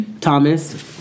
Thomas